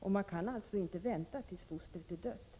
och man kan alltså inte vänta tills fostret är dött.